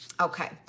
Okay